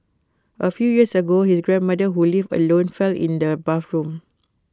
A few years ago his grandmother who lived alone fell in the bathroom